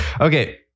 Okay